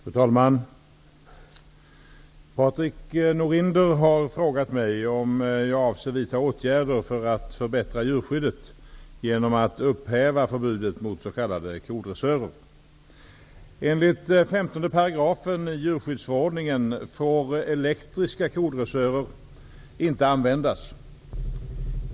Fru talman! Patrik Norinder har frågat mig om jag avser vidta åtgärder för att förbättra djurskyddet genom att upphäva förbudet mot s.k. kodressörer. Enligt 15 § djurskyddsförordningen får elektriska kodressörer inte användas.